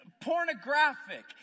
pornographic